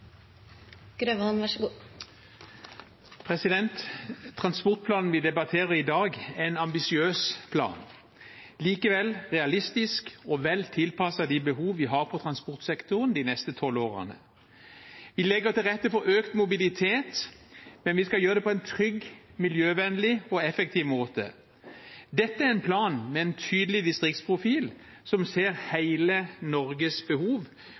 tolv årene. Vi legger til rette for økt mobilitet, men vi skal gjøre det på en trygg, miljøvennlig og effektiv måte. Dette er en plan med en tydelig distriktsprofil som ser hele Norges behov,